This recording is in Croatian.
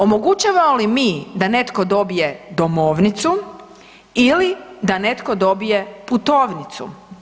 Omogućavamo li mi da netko dobije domovnicu ili da netko dobije putovnicu?